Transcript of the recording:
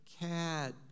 Cat